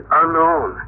unknown